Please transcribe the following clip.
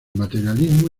materialismo